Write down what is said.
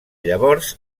llavors